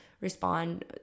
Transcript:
respond